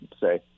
say